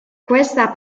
questa